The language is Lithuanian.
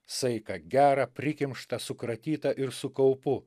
saiką gerą prikimštą sukratytą ir su kaupu